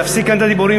להפסיק כאן את הדיבורים,